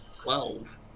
Twelve